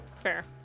Fair